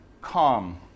calm